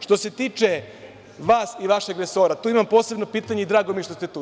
Što se tiče vas i vašeg resora, tu imam posebno pitanje i drago mi je što ste tu.